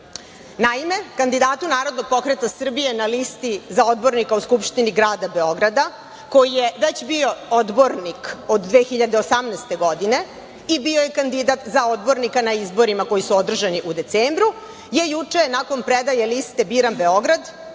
Naime, kandidatu Narodnog pokreta Srbije na listi za odbornika u Skupštini Grada Beograda, koji je već bio odbornik od 2018. godine i bio je kandidat za odbornika na izborima koji su održani u decembru, je juče nakon predaje liste „Biram Beograd“